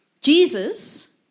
Jesus